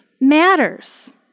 matters